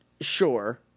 sure